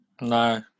No